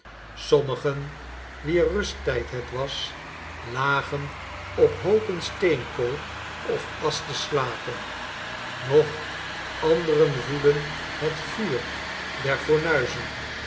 sommigen wier rusttijd het was lagen op hoopen steenkool of asch te slapen noch anderen voedden het vuur